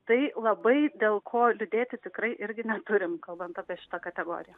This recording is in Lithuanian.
tai labai dėl ko liūdėti tikrai irgi neturim kalbant apie šitą kategoriją